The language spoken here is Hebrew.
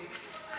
נתקבלה.